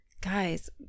Guys